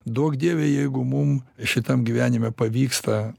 duok dieve jeigu mum šitam gyvenime pavyksta